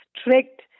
strict